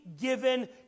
given